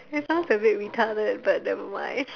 it sounds a bit retarded but never mind